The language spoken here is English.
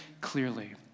clearly